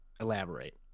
elaborate